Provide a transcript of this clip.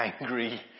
angry